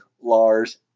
Lars